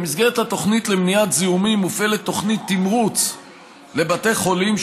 במסגרת התוכנית למניעת זיהומים מופעלת תוכנית תמרוץ לבתי חולים,